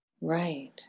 Right